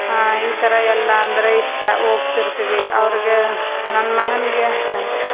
ಈ ಥರ ಎಲ್ಲ ಅಂದರೆ ಇಷ್ಟ ಹೋಗ್ತಿರ್ತೀವಿ ಅವರಿಗೆ ನನ್ನ ಮಗನಿಗೆ